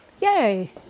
Yay